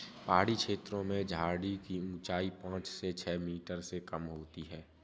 पहाड़ी छेत्रों में झाड़ी की ऊंचाई पांच से छ मीटर से कम होती है